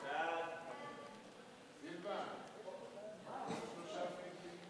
ההצעה להפוך את הצעת חוק התכנון